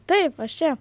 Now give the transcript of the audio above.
taip aš čia